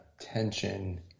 tension